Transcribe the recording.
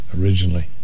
originally